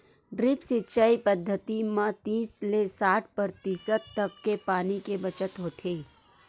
drip सिंचई पद्यति म तीस ले साठ परतिसत तक के पानी के बचत होथे